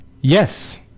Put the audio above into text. Yes